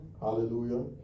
Hallelujah